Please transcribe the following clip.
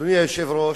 אדוני היושב-ראש,